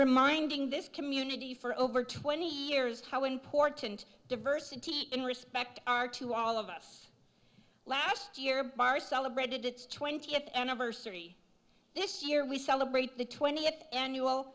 reminding this community for over twenty years how important diversity in respect are to all of us last year bar celebrated its twentieth anniversary this year we celebrate the twentieth annual